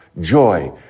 joy